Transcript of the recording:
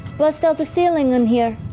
bust out the ceiling on here?